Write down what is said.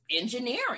engineering